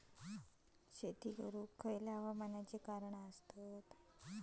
शेत करुक खयच्या हवामानाची कारणा आसत?